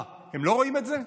מה, הם לא רואים את זה?